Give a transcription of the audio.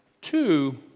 Two